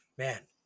Man